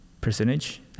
percentage